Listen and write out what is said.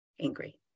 angry